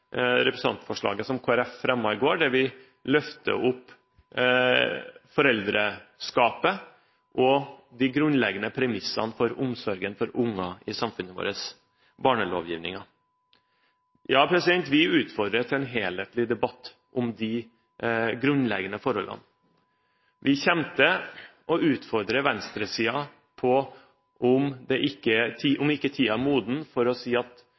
representantforslaget som Kristelig Folkeparti fremmet i går, der vi løfter opp foreldreskapet og de grunnleggende premissene for omsorgen for unger i samfunnet vårt, barnelovgivningen. Ja, vi utfordrer til en helhetlig debatt om de grunnleggende forholdene. Vi kommer til å utfordre venstresiden på om ikke tiden er moden for å si at